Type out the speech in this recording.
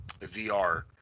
VR